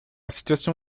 situation